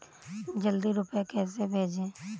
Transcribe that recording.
जल्दी रूपए कैसे भेजें?